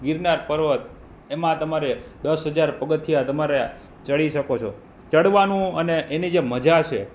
ગિરનાર પર્વત એમાં તમારે દસ હજાર પગથિયાં તમારે ચડી શકો છો ચડવાનું અને એની જે મજા છે